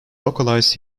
localized